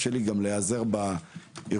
בין העירייה לפרויקטור,